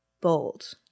bold